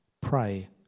pray